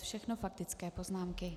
Všechno faktické poznámky.